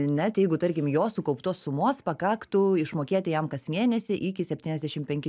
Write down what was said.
net jeigu tarkim jo sukauptos sumos pakaktų išmokėti jam kas mėnesį iki septyniasdešimt penki